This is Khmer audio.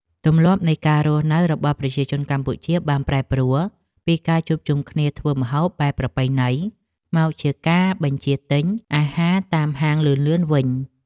ទម្លាប់នៃការរស់នៅរបស់ប្រជាជនកម្ពុជាបានប្រែប្រួលពីការជួបជុំគ្នាធ្វើម្ហូបបែបប្រពៃណីមកជាការបញ្ជាទិញអាហារតាមហាងលឿនៗវិញ។